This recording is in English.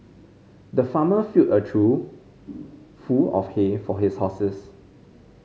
the farmer filled a trough full of hay for his horses